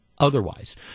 otherwise